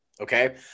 okay